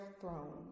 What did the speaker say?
throne